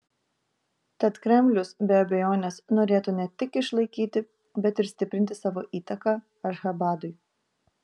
tad kremlius be abejonės norėtų ne tik išlaikyti bet ir stiprinti savo įtaką ašchabadui